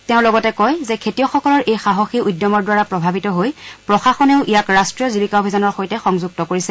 তেওঁ লগতে কয় যে খেতিয়কসকলৰ এই সাহসী উদ্যমৰ দ্বাৰা প্ৰভাৱিত হৈ প্ৰশাসনেও ইয়াক ৰাষ্ট্ৰীয় জীৱিকা অভিযানৰ সৈতে সংযুক্ত কৰিছে